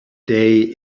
day